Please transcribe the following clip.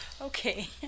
Okay